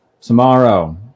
Tomorrow